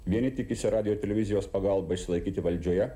vieni tikisi radijo ir televizijos pagalba išsilaikyti valdžioje